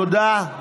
תודה.